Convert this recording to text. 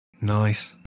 Nice